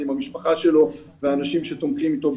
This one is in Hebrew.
עם המשפחה שלו והאנשים שתומכים בו ביחד,